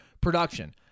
production